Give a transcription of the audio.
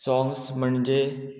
songs म्हणजे